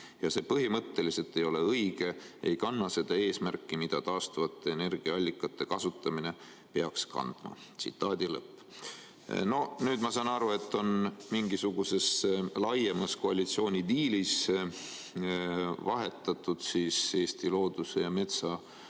ja see põhimõtteliselt ei ole õige, ei kanna seda eesmärki, mida taastuvate energiaallikate kasutamine peaks kandma." No nüüd on, ma saan aru, mingisuguses laiemas koalitsiooni diilis vahetatud Eesti looduse ja metsa